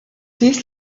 dies